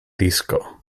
disco